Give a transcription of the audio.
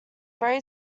very